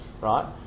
Right